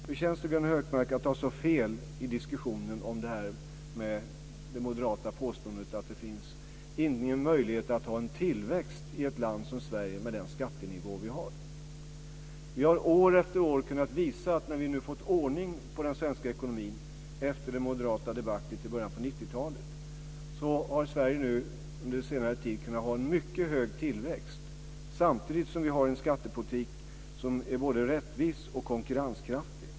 Hur känns det, Gunnar Hökmark, att ha så fel i det moderata påståendet att det inte finns någon möjlighet att ha en tillväxt i ett land som Sverige med den skattenivå vi har? När vi nu fått ordning på den svenska ekonomin efter det moderata debaclet i början på 90-talet har Sverige under senare tid kunnat visa upp en mycket hög tillväxt samtidigt som vi har en skattepolitik som är både rättvis och konkurrenskraftig.